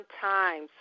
time